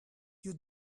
you